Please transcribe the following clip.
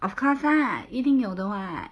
of course lah 一定有的 [what]